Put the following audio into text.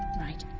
right.